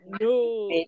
no